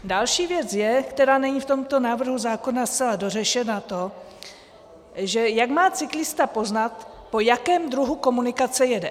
Další věc, která není v tomto návrhu zákona zcela dořešena, je, jak má cyklista poznat, po jakém druhu komunikace jede.